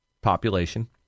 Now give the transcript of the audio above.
population